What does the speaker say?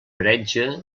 heretge